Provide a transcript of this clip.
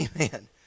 Amen